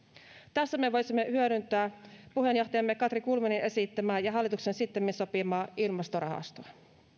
tässä me voisimme hyödyntää puheenjohtajamme katri kulmunin esittämää ja hallituksen sittemmin sopimaa ilmastorahastoa